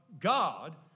God